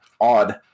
odd